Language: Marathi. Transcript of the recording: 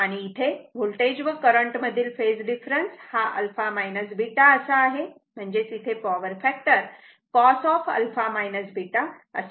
आणि इथे होल्टेज व करंट मधील फेज डिफरन्स हा α β असा आहे म्हणजेच इथे पॉवर फॅक्टर cos α β असा आहे